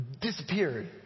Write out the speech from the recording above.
disappeared